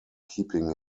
keeping